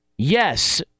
yes